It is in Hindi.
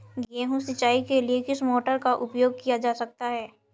गेहूँ सिंचाई के लिए किस मोटर का उपयोग किया जा सकता है?